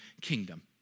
kingdom